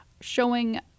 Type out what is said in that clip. showing